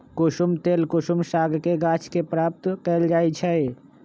कुशुम तेल कुसुम सागके गाछ के प्राप्त कएल जाइ छइ